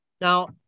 Now